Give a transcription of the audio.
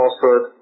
falsehood